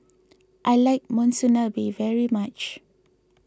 I like Monsunabe very much